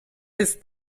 ist